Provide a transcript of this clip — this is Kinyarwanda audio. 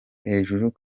hejuru